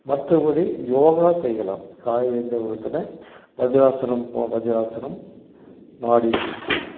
மற்றபடி யோகா செய்யலாம் காலை எழுந்தவுடத்தன வஜ்ராசனம் போ வஜ்ராசனம் நாடி சுத்தி